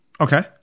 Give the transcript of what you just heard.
Okay